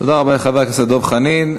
תודה רבה לחבר הכנסת דב חנין.